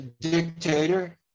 dictator